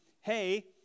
hey